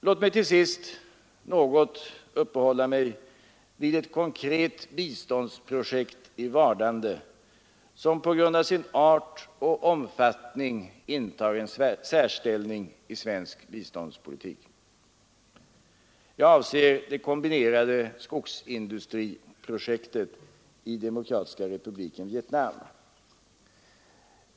Låt mig till sist något uppehålla mig vid ett konkret biståndsprojekt i vardande, som på grund av sin art och omfattning intar en särställning. Jag avser det kombinerade skogsindustriprojektet i Demokratiska republiken Vietnam.